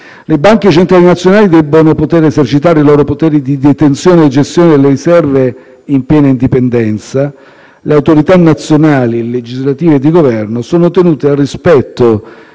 Le Banche centrali nazionali debbono poter esercitare il loro potere di detenzione e gestione delle riserve in piena indipendenza; le autorità nazionali, legislative e di Governo, sono tenute al rispetto